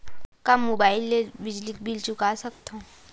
का मुबाइल ले बिजली के बिल चुका सकथव?